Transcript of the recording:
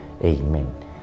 Amen